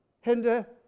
hinder